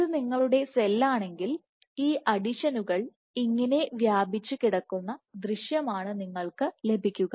ഇത് നിങ്ങളുടെ സെല്ലാണെങ്കിൽ ഈ അഡീഷനുകൾ ഇങ്ങനെ വ്യാപിച്ച് കിടക്കുന്ന ദൃശ്യമാണ് നിങ്ങൾക്ക് ലഭിക്കുക